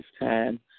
time